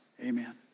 amen